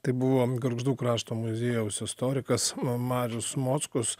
tai buvo gargždų krašto muziejaus istorikas marius mockus